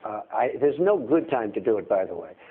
there's no good time to do it, by the way.